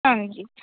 ਹਾਂਜੀ